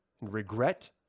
regret